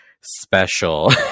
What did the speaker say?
special